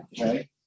okay